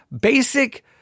basic